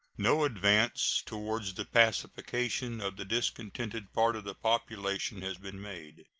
no advance toward the pacification of the discontented part of the population has been made.